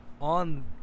on